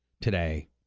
today